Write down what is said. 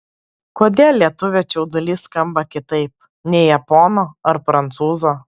kodėl lietuvio čiaudulys skamba kitaip nei japono ar prancūzo